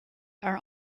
are